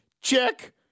Check